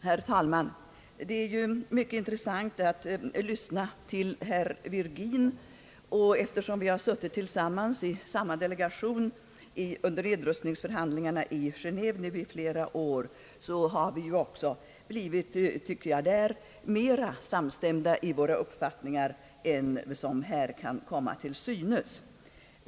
Herr talman! Det är mycket intressant att lyssna till herr Virgin. Eftersom vi nu under flera år har suttit i samma delegation vid nedrustningsförhandlingarna i Geneve har, tycker jag, våra uppfattningar där blivit mera samstämda än som här har kommit till synes.